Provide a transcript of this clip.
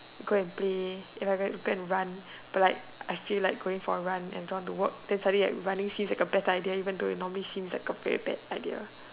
go and play if I have to go and run but like if I feel like going for a run and don't want to work then suddenly like running seems like a better idea even though it normally seems like a very bad idea